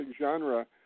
genre